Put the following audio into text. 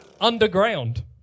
Underground